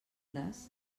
les